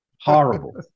Horrible